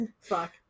Fuck